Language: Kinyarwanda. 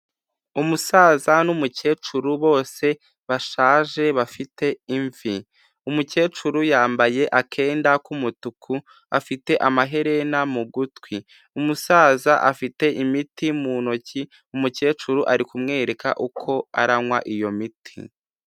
Umusaza n'umukecuru bose bashaje, bafite imvi, umukecuru yambaye akenda k'umutuku afite amaherena mu gutwi, umusaza afite imiti mu ntoki, umukecuru ari kumwereka uko aranywa iyo miti.